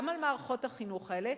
גם על מערכות החינוך האלה,